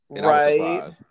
Right